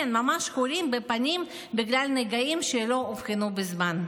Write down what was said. כן, ממש חורים בפנים, בגלל נגעים שלא אובחנו בזמן.